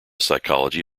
psychology